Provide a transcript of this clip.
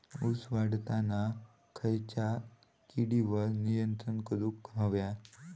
ऊस वाढताना खयच्या किडींवर नियंत्रण करुक व्हया?